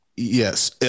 Yes